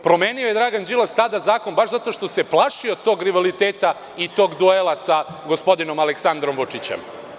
Promenio je Dragan Đilas tada zakon baš zato što se plašio tog rivaliteta i tog duela sa gospodinom Aleksandrom Vučićem.